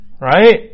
Right